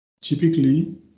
typically